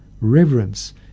Reverence